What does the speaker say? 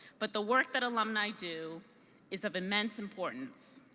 but the work that alumni do is of immense importance.